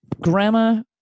Grandma